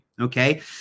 Okay